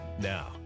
Now